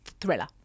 thriller